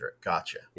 gotcha